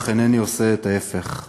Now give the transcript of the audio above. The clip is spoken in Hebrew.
אך אינני עושה את ההפך.